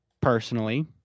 personally